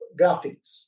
graphics